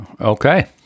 Okay